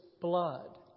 blood